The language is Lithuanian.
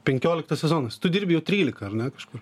penkioliktas sezonas tu dirbi jau trylika ar ne kužkur